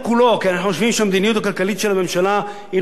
כי אנחנו חושבים שהמדיניות הכלכלית של הממשלה היא לא נכונה.